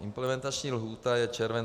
Implementační lhůta je červen 2017.